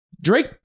Drake